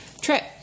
trip